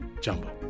Jumbo